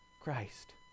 Christ